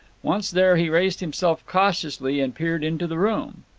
once there he raised himself cautiously and peered into the room.